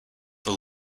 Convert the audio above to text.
the